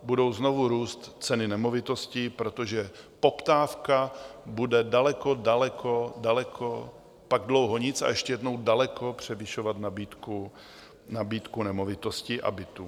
Budou znovu růst ceny nemovitostí, protože poptávka bude daleko, daleko, daleko, pak dlouho nic a ještě jednou daleko převyšovat nabídku nemovitostí a bytů.